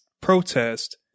protest